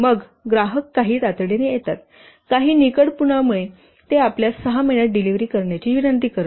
मग ग्राहक काही तातडीने येतात काही निकडपणामुळे ते आपल्यास 6 महिन्यांत डिलिव्हरी करण्याची विनंती करत आहेत